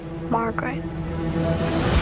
Margaret